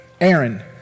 Aaron